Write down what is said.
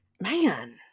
man